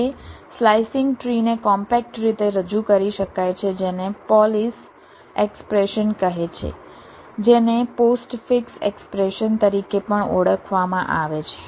હવે slicing tree ને compact રીતે રજૂ કરી શકાય છે જેને પોલિશ એક્સપ્રેશન કહે છે જેને પોસ્ટફિક્સ એક્સપ્રેશન તરીકે પણ ઓળખવામાં આવે છે